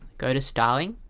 go to styling